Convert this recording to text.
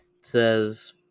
says